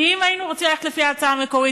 כי אם היינו רוצים ללכת לפי ההצעה המקורית,